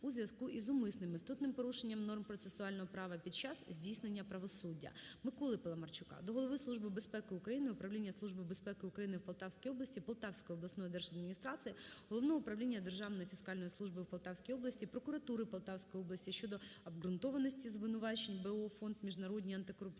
у зв'язку із умисним істотним порушенням норм процесуального права під час здійснення правосуддя. Миколи Паламарчука до Голови Служби безпеки України, Управління Служби безпеки України в Полтавській області, Полтавської обласної держадміністрації, Головного управління Державної фіскальної служби в Полтавській області, прокуратури Полтавської області щодо обґрунтованості звинувачень БО "Фонд "Міжнародні антикорупційні